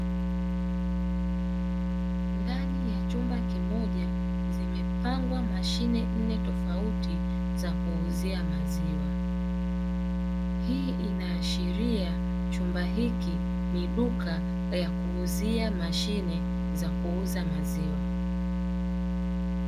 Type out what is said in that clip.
Ndani ya chumba kimoja zimepangwa Mashine nne tofauti za kuuzia maziwa, hii inaashiria chumba hiki ni duka la kuuzia Mashine za kuuza maziwa.